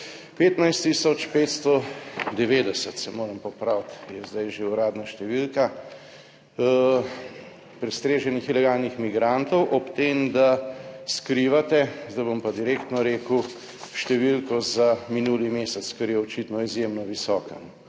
590, se moram popraviti, je zdaj že uradna številka prestreženih ilegalnih migrantov ob tem, da skrivate, zdaj bom pa direktno rekel številko za minuli mesec, ker je očitno izjemno visoka.